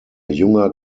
junger